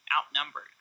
outnumbered